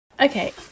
Okay